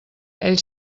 ell